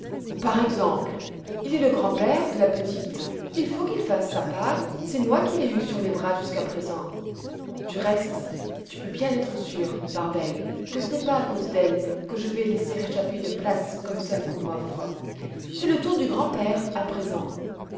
par exemple il est le grand-père de la petite il faut qu'il fasse sa part c'est moi qui l'ai eue sur les bras jusqu'à présent du reste tu peux bien être sûre barbel que ce n'est pas à cause d'elle que je vais laisser échapper une place comme celle qu'on m'offre c'est le tour du grand-père à présent